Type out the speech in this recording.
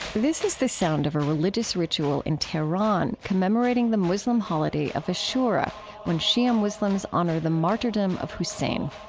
this is the sound of a religious ritual in tehran commemorating the muslim holiday of ashura, when shia muslims honor the martyrdom of hussein.